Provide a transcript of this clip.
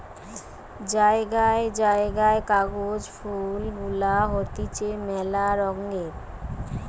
জায়গায় জায়গায় কাগজ ফুল গুলা হতিছে মেলা রঙের